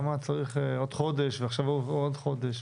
אדוני,